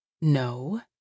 No